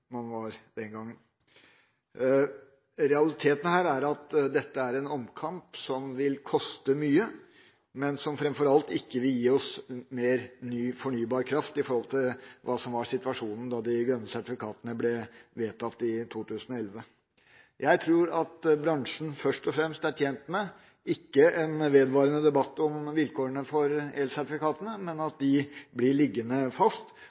man var den gangen. Realiteten er at dette er en omkamp som vil koste mye, men som framfor alt ikke vil gi oss mer ny fornybar kraft i forhold til det som var situasjonen da de grønne sertifikatene ble vedtatt i 2011. Jeg tror at bransjen først og fremst er tjent med – ikke en vedvarende debatt om vilkårene for elsertifikatene, men at de blir liggende fast.